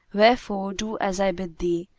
wherefore, do as i bid thee,